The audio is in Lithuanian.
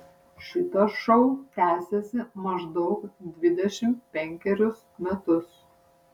šitas šou tęsiasi maždaug dvidešimt penkerius metus